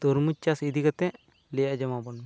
ᱛᱩᱨᱢᱩᱡᱽ ᱪᱟᱥ ᱤᱫᱤ ᱠᱟᱛᱮ ᱞᱟᱹᱭ ᱟᱸᱡᱚᱢᱟ ᱵᱚᱱᱢᱮ